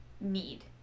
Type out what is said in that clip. need